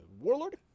Warlord